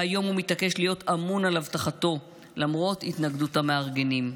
והיום הוא מתעקש להיות אמון על אבטחתו למרות התנגדות המארגנים.